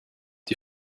die